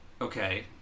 Okay